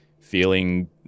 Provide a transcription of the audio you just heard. feeling